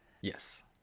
Yes